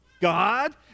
God